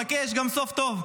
חכה, יש גם סוף טוב.